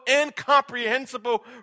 incomprehensible